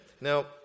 Now